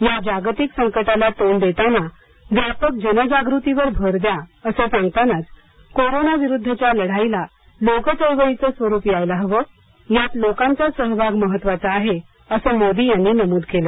या जागतिक संकटाला तोंड देताना व्यापक जनजागृतीवर भर द्या असं सांगतानाच कोरोनाविरुद्धच्या लढाईला लोकचळवळीचं स्वरूप यायला हवं यात लोकांचा सहभाग महत्त्वाचा आहे असं मोदी यांनी नमूद केलं